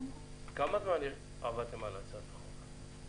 כמה זמן עבדתם על הצעת החוק?